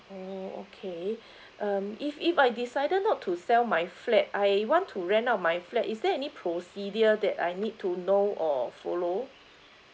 mm okay um if if I decided not to sell my flat I want to rent out my flat is there any procedure that I need to know or follow